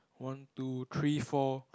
one two three four